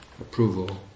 approval